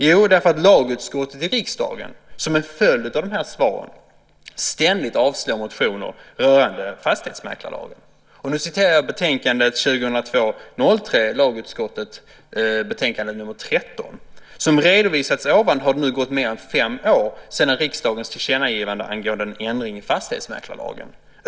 Jo, därför att lagutskottet i riksdagen, som en följd av de här svaren, ständigt avstyrker motioner rörande fastighetsmäklarlagen. Nu citerar jag betänkande 2002/03:LU13: "Som redovisats ovan har det nu gått mer än fem år sedan riksdagens tillkännagivande angående en ändring i fastighetsmäklarlagen.